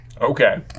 Okay